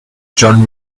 john